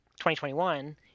2021